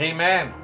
Amen